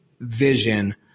vision